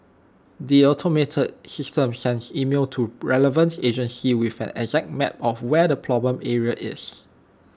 the automated system sends emails to relevant agencies with an exact map of where the problem area is